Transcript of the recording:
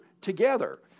together